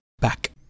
back